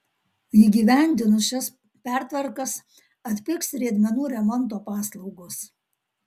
įgyvendinus šias pertvarkas atpigs riedmenų remonto paslaugos